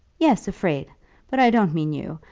yes, afraid but i don't mean you.